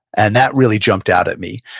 and that really jumped out at me.